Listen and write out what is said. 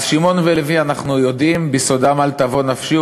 אז שמעון ולוי אנחנו יודעים: "בסדם אל תבא נפשי,